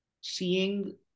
seeing